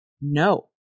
no